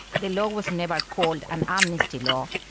the law was never called an amnesty law,